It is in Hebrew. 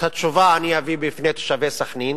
את התשובה אני אביא בפני תושבי סח'נין,